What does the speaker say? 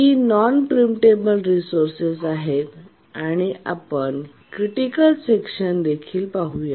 ही non preemptable resources आहेत आणि आपण क्रिटिकल सेक्शन देखील पाहूया